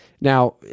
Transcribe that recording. Now